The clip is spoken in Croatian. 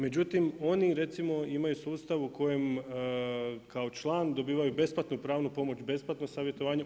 Međutim, oni recimo imaju sustav u kojem kao član dobivaju besplatnu pravnu pomoć, besplatno savjetovanje.